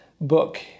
book